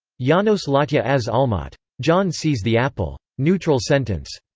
janos latja az almat. john sees the apple. neutral sentence.